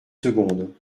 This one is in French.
secondes